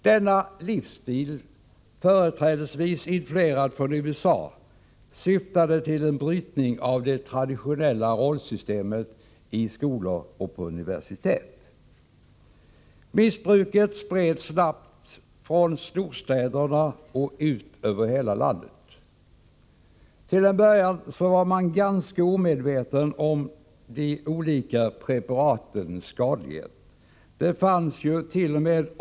Denna livsstil, som företrädesvis var influerad från USA, syftade till en brytning av det traditionella rollsystemet i skolor och på universitet. Missbruket spreds snabbt från storstäderna ut över hela landet. Till en början var man ganska omedveten om de olika preparatens skadlighet. Det fannst.o.m.